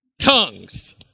tongues